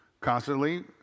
Constantly